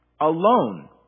Alone